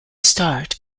start